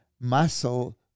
muscle